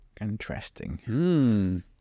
interesting